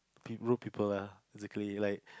pe~ rude people ah exactly like